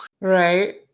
Right